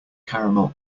caramel